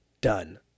done